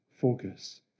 focus